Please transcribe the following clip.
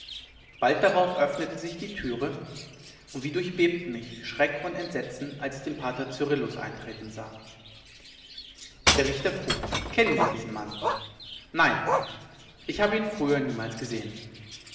bald darauf öffnete sich die türe und wie durchbebten mich schreck und entsetzen als ich den pater cyrillus eintreten sah der richter frug kennen sie diesen mann nein ich habe ihn früher niemals gesehen